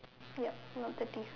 yup not thirty